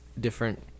different